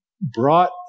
Brought